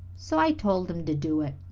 so i told him to do it.